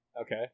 Okay